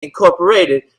incorporated